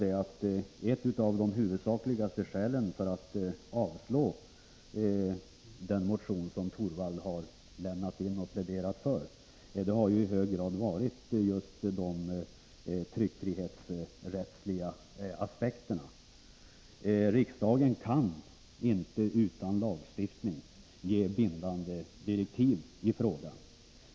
Ett av de huvudsakliga skälen för att avstyrka den motion som Torwald lämnat in och pläderat för har varit just de tryckfrihetsrättsliga aspekterna. Riksdagen kan inte utan lagstiftning ge bindande direktiv i frågan.